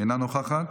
אינה נוכחת,